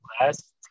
last